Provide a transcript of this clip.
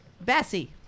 Bessie